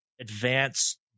advanced